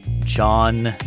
John